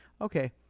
Okay